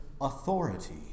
authority